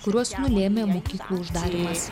kuriuos nulėmė mokyklų uždarymas